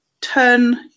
turn